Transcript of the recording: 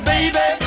baby